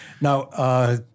Now